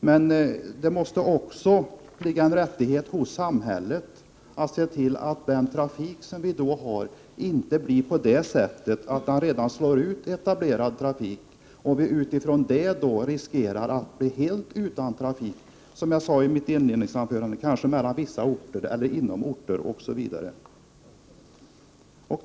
Men då måste det också vara en rättighet för samhället att se till att den trafik som vi därmed får inte slår ut redan etablerad trafik, så att vi riskerar att bli helt utan trafik mellan, som jag sade i mitt inledningsanförande, vissa orter eller inom orter.